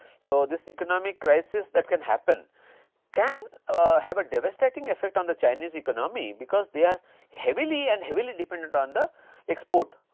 so, this economic crisis that can happen can have a devastating effect on the chinese economy because they are heavily and heavily dependent on the export